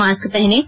mask पहनें